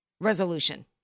resolution